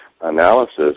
analysis